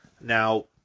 Now